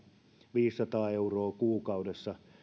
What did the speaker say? viisisataa euroa kuukaudessa